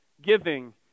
giving